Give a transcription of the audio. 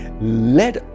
let